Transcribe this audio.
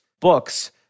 books